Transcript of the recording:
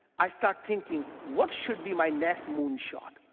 i start thinking, what should be my next moon shot,